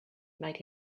made